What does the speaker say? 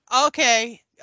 Okay